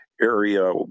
area